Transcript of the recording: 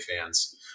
fans